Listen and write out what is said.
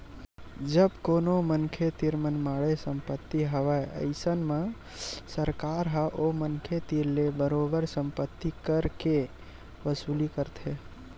जब कोनो मनखे तीर मनमाड़े संपत्ति हवय अइसन म सरकार ह ओ मनखे तीर ले बरोबर संपत्ति कर के वसूली करथे